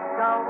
go